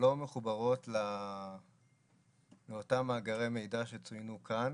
שלא מחוברות לאותם מאגרי מידע שצוינו כאן.